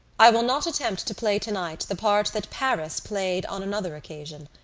i will not attempt to play tonight the part that paris played on another occasion.